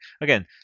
again